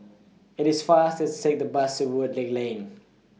IT IS faster to Take The Bus to Woodleigh Lane